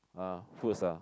uh foods ah